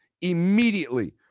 immediately